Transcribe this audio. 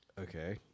Okay